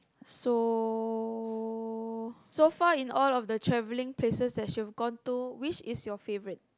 so so far in all of the travelling places that you've gone to which is your favourite